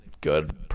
good